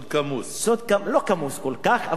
לא כמוס כל כך, אבל סוד אישי.